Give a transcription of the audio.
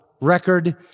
record